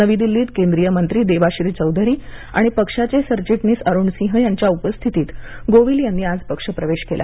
नवी दिल्लीत केंद्रीय मंत्री देबाश्री चौधरी आणि पक्षाचे सरचिटणीस अरूण सिंह यांच्या उपस्थितीत गोविल यांनी आज पक्ष प्रवेश केला